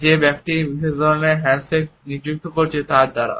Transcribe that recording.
যে ব্যক্তি এই বিশেষ হ্যান্ডশেক নিযুক্ত করছেন তার হাত দ্বারা